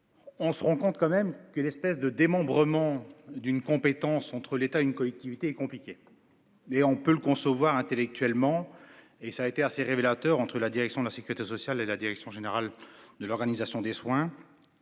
On se rend compte quand même que l'espèce de démembrement d'une compétence entre l'État, une collectivité est compliqué. Et on peut le concevoir intellectuellement et ça a été assez révélateur entre la direction de la sécurité sociale à la direction générale de l'organisation des soins.